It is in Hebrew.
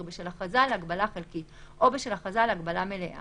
בשל הכרזה על הגבלה חלקית או בשל הכרזה על הגבלה מלאה